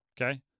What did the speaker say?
okay